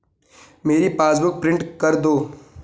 मेरी passbook print कर दो